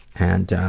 and ah,